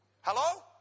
Hello